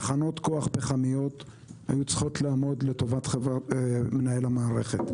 תחנות כוח פחמיות היו צריכות לעמוד לטובת מנהל המערכת.